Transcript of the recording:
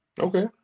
Okay